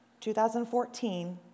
2014